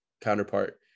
counterpart